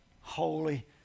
Holy